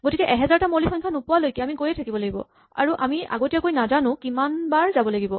গতিকে এহাজাৰটা মৌলিক সংখ্যা নোপোৱালৈকে আমি গৈয়ে থাকিব লাগিব আৰু আমি আগতীয়াকৈ নাজানো কিমানবাৰ যাব লাগিব